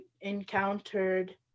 encountered